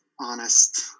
honest